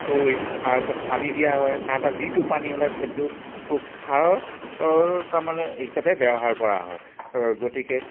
থৈ তাৰ ওপৰত পানী দিয়া হয় তাৰপৰা যিটো পানী ওলাই সেইটো খাৰৰ তাৰমানে হিচাপে ব্যৱহাৰ কৰা হয় গতিকে